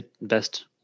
best